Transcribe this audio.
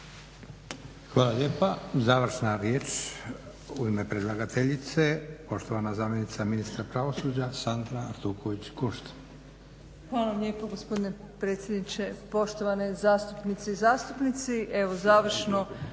Hvala lijepa. Završna riječ u ime predlagateljice poštovana zamjenica ministra pravosuđa Sandra Artuković Kunšt. **Artuković Kunšt, Sandra** Hvala lijepa gospodine predsjedniče, poštovane zastupnice i zastupnici.